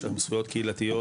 יש לכם זכויות קהילתיות,